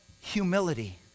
humility